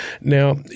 Now